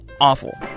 awful